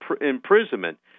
imprisonment